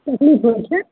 तकलीफ होइत छै